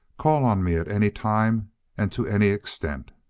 call on me at any time and to any extent.